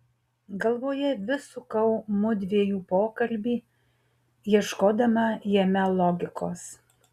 galvoje vis sukau mudviejų pokalbį ieškodama jame logikos